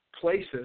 places